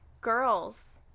Girls